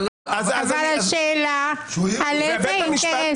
אבל השאלה על איזה אינטרס